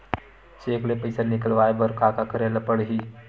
Cheque ले पईसा निकलवाय बर का का करे ल पड़हि?